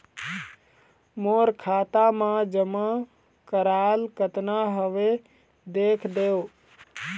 मोर खाता मा जमा कराल कतना हवे देख देव?